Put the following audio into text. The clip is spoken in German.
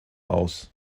aus